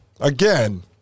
again